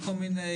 מכיר אותו הרבה